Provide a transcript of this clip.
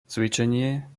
cvičenie